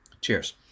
Cheers